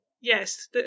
Yes